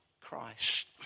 Christ